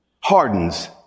hardens